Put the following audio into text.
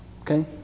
okay